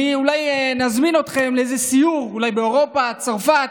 אולי נזמין אתכם לאיזה סיור, אולי באירופה, צרפת.